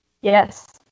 Yes